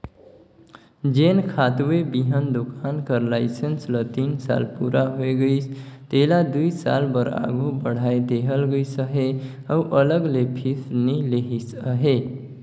जेन खातूए बीहन दोकान कर लाइसेंस ल तीन साल पूरा होए गइस तेला दुई साल बर आघु बढ़ाए देहल गइस अहे अउ अलग ले फीस नी लेहिस अहे